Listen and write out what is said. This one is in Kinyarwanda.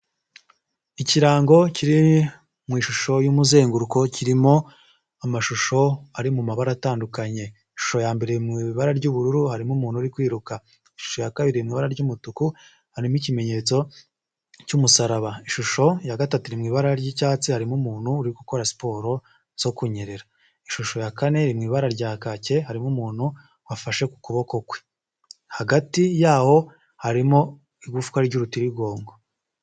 Ikirango kiriini mu ishusho y'umuzenguruko kirimo amashusho ari mu mabara atandukanye ishusho ya mbere mu ibara ry'ubururu harimo umuntu uri kwiruka ishusho ya kabiridura ry'umutuku harimo ikimenyetso cy'umusaraba ishusho ya gatatu mu ibara ry'icyatsi harimo umuntu uri gukora siporo zo kunyerera ishusho ya kaneri mu ibara rya kake harimo umuntu wafashe ku kuboko kwe hagati yaho harimo igufwa ry'urutirigongo.